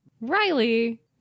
Riley